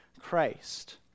Christ